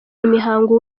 imihango